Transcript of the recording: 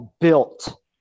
built